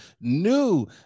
new